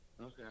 Okay